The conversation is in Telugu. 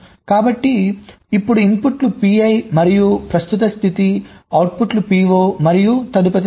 కాబట్టి ఇప్పుడు ఇన్పుట్లు PI మరియు ప్రస్తుత స్థితి అవుట్పుట్లు PO మరియు తదుపరి స్థితి